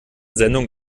sendung